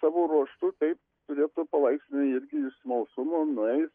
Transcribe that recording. savo ruožtu taip turėtų palaipsniui irgi iš smalsumo nueis